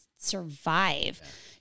survive